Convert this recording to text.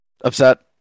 upset